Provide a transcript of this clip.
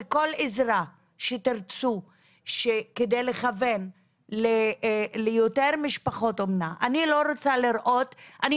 וכל עזרה שתרצו כדי לכוון ליותר משפחות אומנה אני יודעת